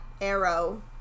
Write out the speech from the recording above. arrow